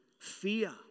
Fear